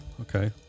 okay